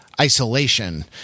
Isolation